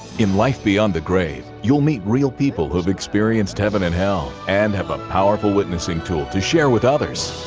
in life beyond the grave, you'll meet real people who've experienced heaven and hell and have a powerful witnessing tool to share with others.